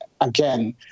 again